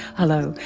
hello,